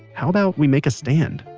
how about we make a stand.